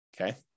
okay